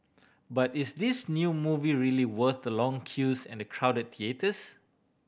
but is this new movie really worth the long queues and the crowd theatres